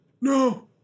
no